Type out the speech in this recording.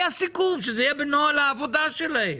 היה סיכום שזה יהיה בנוהל העבודה שלהם,